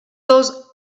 those